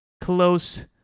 close